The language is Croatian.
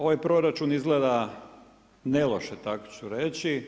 Ovaj proračun izgleda neloše tako ću reći.